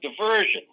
diversion